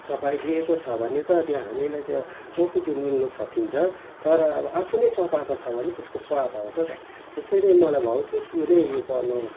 चपाइदिएको छ भने त त्यो हामीलाई त छपकै त्यो निल्नु सकिन्छ तर अब आफूले चपाएको छ भने त्यसको स्वाद आउँछ त त्यसरी मलाई भौतिक नै पढ्नु